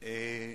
כאן.